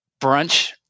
brunch